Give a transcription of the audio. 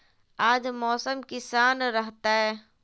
आज मौसम किसान रहतै?